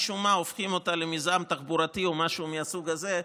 משום מה הופכים אותה למיזם תחבורתי או משהו מהסוג הזה,